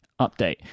update